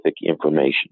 information